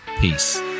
Peace